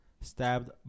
stabbed